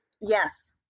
Yes